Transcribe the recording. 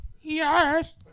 Yes